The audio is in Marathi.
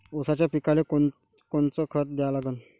ऊसाच्या पिकाले कोनकोनचं खत द्या लागन?